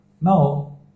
Now